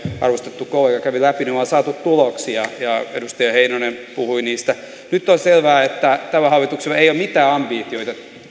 arvostettu kollegani kävi läpi ollaan saatu tuloksia ja edustaja heinonen puhui niistä nyt on selvää että tällä hallituksella ei ole mitään ambitioita